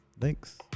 Thanks